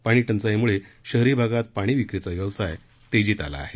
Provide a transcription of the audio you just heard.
पाणीटंचाईमुळे शहरी भागात पाणी विक्रीचा व्यवसाय तेजीत आला आहे